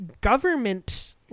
government